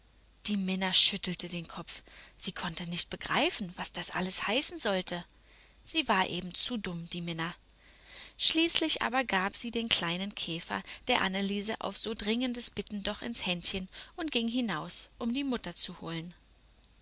die minna schüttelte den kopf sie konnte nicht begreifen was das alles heißen sollte sie war eben zu dumm die minna schließlich aber gab sie den kleinen käfer der anneliese auf so dringendes bitten doch ins händchen und ging hinaus um die mutter zu holen